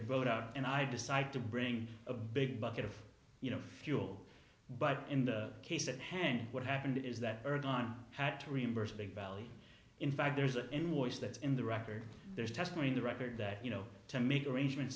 boat out and i decide to bring a big bucket of you know fuel but in the case at hand what happened is that early on had to reimburse the valley in fact there's a in which that's in the record there's testimony in the record that you know to make arrangements